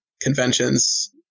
conventions